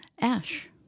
Ash